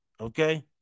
Okay